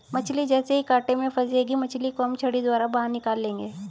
मछली जैसे ही कांटे में फंसेगी मछली को हम छड़ी द्वारा बाहर निकाल लेंगे